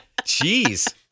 Jeez